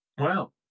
Wow